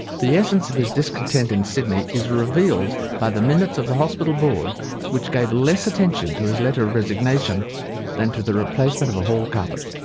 the essence of his discontent in sydney is revealed by the minutes of the hospital board which gave less attention to his letter of resignation than to the replacement of a hall carpet.